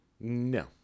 No